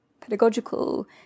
pedagogical